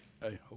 hey